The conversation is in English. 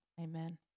amen